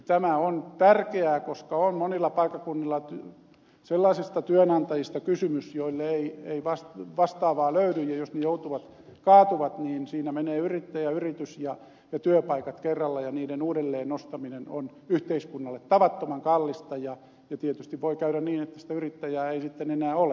tämä on tärkeää koska monilla paikkakunnilla on sellaisista työnantajista kysymys joille ei vastaavaa löydy ja jos ne kaatuvat niin siinä menee yrittäjä yritys ja työpaikat kerralla ja niiden uudelleen nostaminen on yhteiskunnalle tavattoman kallista ja tietysti voi käydä niin että sitä yrittäjää ei sitten enää ole